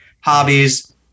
hobbies